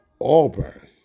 Auburn